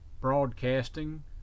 broadcasting